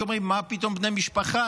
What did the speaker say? כי אומרים: מה פתאום בני משפחה?